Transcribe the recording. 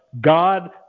God